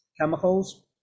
chemicals